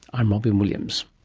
i'm robyn williams